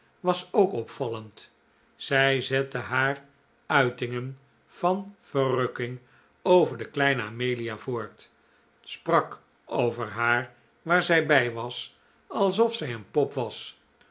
was ook opvallend zij zette haar uitingen van verrukking over de kleine amelia voort sprak over haar waar zij bij was alsof zij een pop was